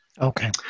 Okay